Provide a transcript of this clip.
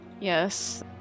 Yes